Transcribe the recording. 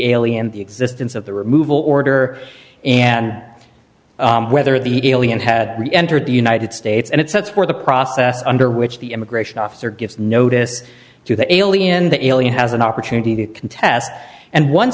alien the existence of the removal order and whether the alien had entered the united states and it's that's where the process under which the immigration officer gives notice to the alien the alien has an opportunity to contest and on